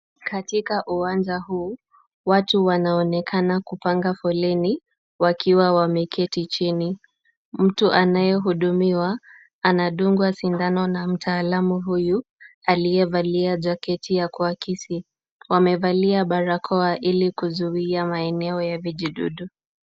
Katika uwanja huu, watu wanaonekana kupanga foleni wakiwa wameketi chini. Mtu anayehudumiwa anadungwa sindano na mtaalamu huyu aliyevalia jaketi ya kuakisi. Wamevalia barakoa ili kuzuia maeneo ya vijidudu.